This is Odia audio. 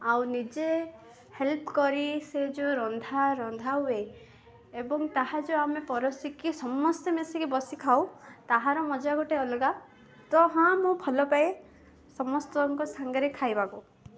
ଆଉ ନିଜେ ହେଲ୍ପ କରି ସେ ଯୋଉ ରନ୍ଧା ରନ୍ଧା ହୁଏ ଏବଂ ତାହା ଯେଉଁ ଆମେ ପରଷିକି ସମସ୍ତେ ମିଶିକି ବସି ଖାଉ ତାହାର ମଜା ଗୋଟେ ଅଲଗା ତ ହଁ ମୁଁ ଭଲ ପାଏ ସମସ୍ତଙ୍କ ସାଙ୍ଗରେ ଖାଇବାକୁ